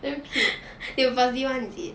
damn cute